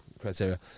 criteria